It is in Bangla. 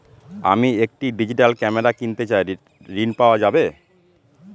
আমি একটি ডিজিটাল ক্যামেরা কিনতে চাই ঝণ পাওয়া যাবে?